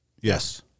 Yes